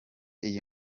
iyi